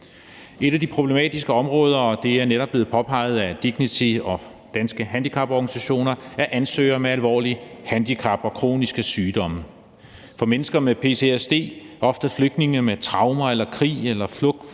Et af de problematiske områder – og det er netop blevet påpeget af DIGNITY og Danske Handicaporganisationer – er ansøgere med alvorlige handicap og kroniske sygdomme. For mennesker med ptsd – det er ofte flygtninge med traumer fra krig, flugt